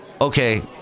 Okay